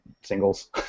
singles